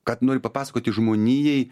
ką tu nori papasakoti žmonijai